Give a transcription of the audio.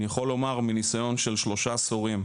אני יכול לומר, מניסיון של שלושה עשורים,